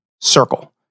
circle